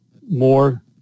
more